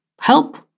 help